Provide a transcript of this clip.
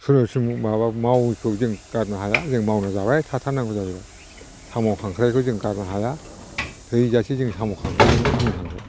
सोरबा सोरबि माबा माविखौ जों गारनो हाया जों मावना जाबाय थाथारनांगौ जायो साम' खांख्रायखौ जों गारनो हाया थैजासे जों साम' खांख्रायजोंनो दिन थांगोन